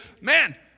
man